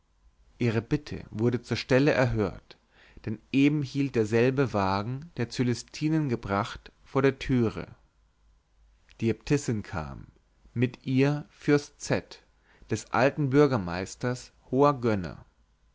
ihre bitte wurde zur stelle erhört denn eben hielt derselbe wagen der cölestinen gebracht vor der türe die äbtissin kam mit ihr fürst z des alten bürgermeisters hoher gönner